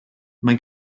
mae